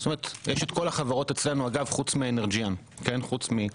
יש אצלנו את כל החברות, חוץ מ- Energean אני